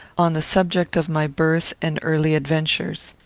on the subject of my birth and early adventures.